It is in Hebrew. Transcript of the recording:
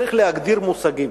צריך להגדיר מושגים.